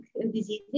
diseases